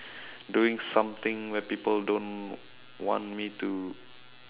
doing something where people don't want me to